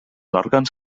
òrgans